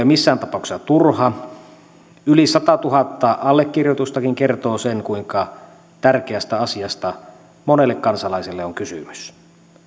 missään tapauksessa turha yli sadantuhannen allekirjoitustakin kertoo sen kuinka tärkeästä asiasta monelle kansalaiselle on kysymys